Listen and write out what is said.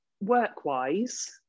work-wise